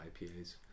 IPAs